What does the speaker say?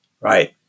right